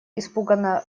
испуганно